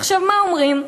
עכשיו, מה אומרים?